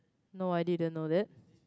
no I didn't know that